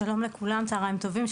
שלום לכולם, צוהריים טובים.